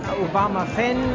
Obama-Fan